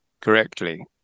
correctly